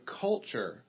culture